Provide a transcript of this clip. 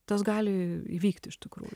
tas gali įvykti iš tikrųjų